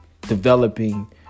developing